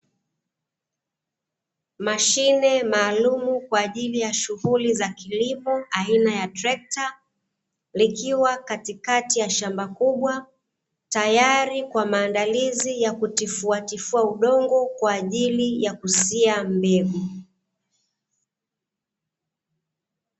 Mashine maalumu kwa ajili ya shughuli za kilimo aina ya trekta, likiwa katikati ya shamba kubwa, tayari kwa maandalizi ya kutifuatifua udongo kwa ajili ya kukuzia mbegu.